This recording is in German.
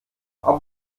aber